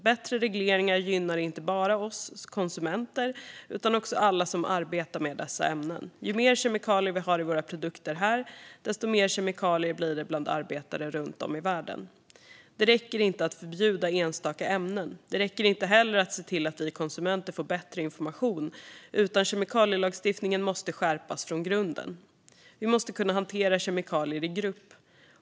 Bättre regleringar gynnar inte bara oss konsumenter utan också alla som arbetar med dessa ämnen. Ju mer kemikalier det finns i produkter här, desto mer kemikalier blir det bland arbetare runt om i världen. Det räcker inte att förbjuda enstaka ämnen. Det räcker inte heller att se till att vi konsumenter får bättre information, utan kemikalielagstiftningen måste skärpas från grunden. Man måste kunna hantera kemikalier i grupp.